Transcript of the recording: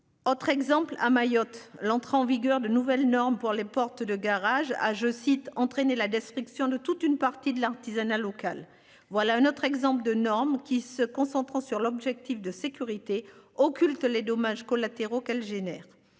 Autre exemple à Mayotte. L'entrée en vigueur de nouvelles normes pour les portes de garage. Ah je cite entraîné la destruction de toute une partie de l'artisanat local. Voilà un autre exemple de normes qui se concentrant sur l'objectif de sécurité occultes. Les dommages collatéraux qu'elle génère.